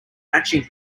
matching